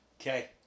Okay